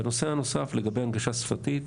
בנושא הנוסף לגבי הנגשה שפתית,